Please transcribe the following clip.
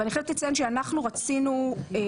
אבל אני חייבת לציין שאנחנו רצינו לקיים